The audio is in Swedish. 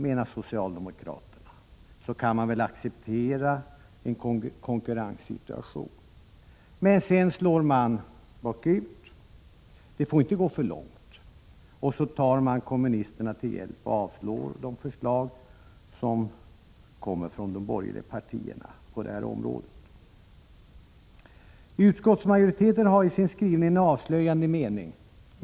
Då tar man kommunisterna till hjälp och avslår de förslag på det här området som kommer från de borgerliga partierna. Utskottsmajoriteten har i sin skrivning en avslöjande mening.